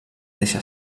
deixa